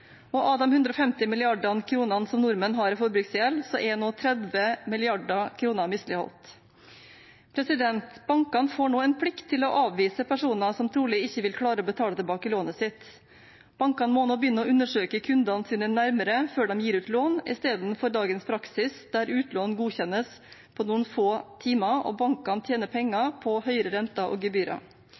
Og av de 150 mrd. kr nordmenn har i forbruksgjeld, er nå 30 mrd. kr misligholdt. Bankene får nå en plikt til å avvise personer som trolig ikke vil klare å betale tilbake lånet sitt. Bankene må nå begynne å undersøke kundene sine nærmere før de gir ut lån, i stedet for dagens praksis, der utlån godkjennes på noen få timer, og bankene tjener penger på høyere renter og gebyrer.